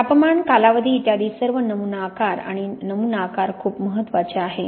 तापमान कालावधी इ सर्व नमुना आकार आणि नमुना आकार खूप महत्वाचे आहे